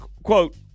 quote